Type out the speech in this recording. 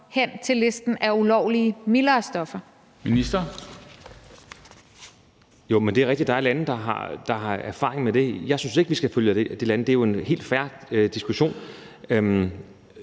Ministeren. Kl. 15:21 Sundhedsministeren (Magnus Heunicke): Det er rigtigt, at der er lande, der har erfaring med det. Jeg synes ikke, vi skal følge de lande. Det er jo en helt fair diskussion.